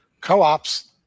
Co-ops